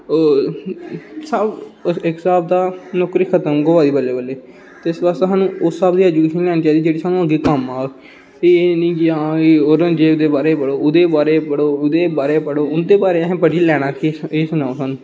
सब इक स्हाब दा नौकरी खत्म गै होआ दी बल्लें बल्लें ते इस बास्तै स्हानू उस स्हाब दी एजुकेशन लैनी चाहिदी जेह्ड़ी स्हानू अग्गै कम्म औग एह् नी कि आं भाई औरंगजेब दे बारे च पढ़ो ओह्दे बारे च पढ़ो ओह्दे बारे च पढ़ो उंदे बारे च अहें पढियै़ लैना केह् ओह् सनाओ स्हानू